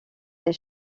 des